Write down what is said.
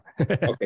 Okay